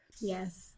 Yes